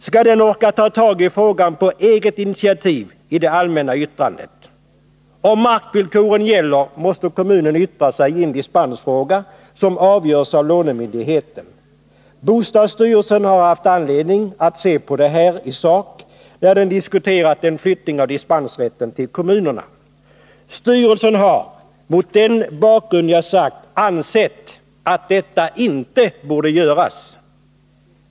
Skall den orka ta tag i frågan på eget initiativ i det allmänna yttrandet? Om markvillkoret gäller, måste kommunen yttra sig i en dispensfråga som avgörs av lånemyndigheten. Bostadsstyrelsen har haft anledning att ta ställning till detta när den har diskuterat frågan om en flyttning av dispensrätten till kommunerna. Styrelsen har mot den bakgrund som jag har anfört ansett att detta inte bör göras.